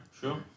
Sure